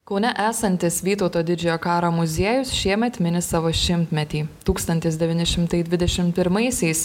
kaune esantis vytauto didžiojo karo muziejus šiemet mini savo šimtmetį tūkstantis devyni šimtai dvidešim pirmaisiais